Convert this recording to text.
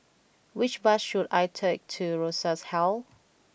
which bus should I take to Rosas Hall